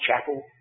chapel